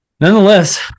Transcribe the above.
Nonetheless